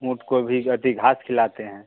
ऊँट को भी अथी घास खिलाते हैं